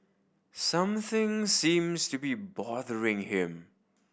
something seems to be bothering him